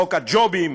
חוק הג'ובים,